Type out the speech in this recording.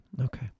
okay